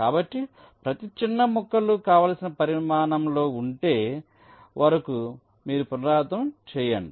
కాబట్టి ప్రతి చిన్న ముక్కలు కావలసిన పరిమాణంలో ఉండే వరకు మీరు పునరావృతం చేయండి